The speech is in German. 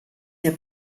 der